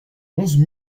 onze